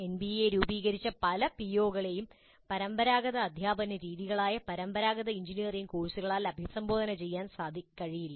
NBA രൂപീകരിച്ച പല പിഒകളെയും പരമ്പരാഗത അധ്യാപന രീതികളായ പരമ്പരാഗത എഞ്ചിനീയറിംഗ് കോഴ്സുകളാൽ അഭിസംബോധന ചെയ്യാൻ കഴിയില്ല